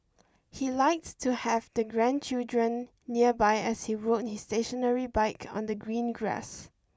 he likes to have the grandchildren nearby as he rode his stationary bike on the green grass